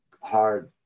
hard